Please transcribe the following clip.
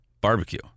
barbecue